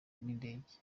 n’indege